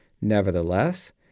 Nevertheless